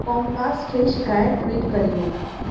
Comcast खे शिकायत tweet करियो